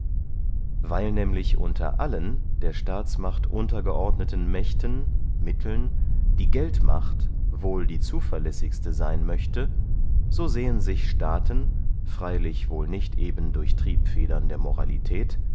weil nämlich unter allen der staatsmacht untergeordneten mächten mitteln die geldmacht wohl die zuverläßigste seyn möchte so sehen sich staaten freylich wohl nicht eben durch triebfedern der moralität